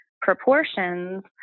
proportions